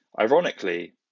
Ironically